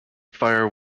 fire